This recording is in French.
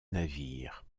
navires